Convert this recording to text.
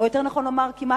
או יותר נכון לומר כמעט,